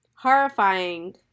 horrifying